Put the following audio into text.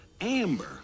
Amber